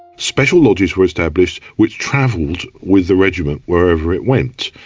special lodges were established which travelled with the regiment, wherever it went.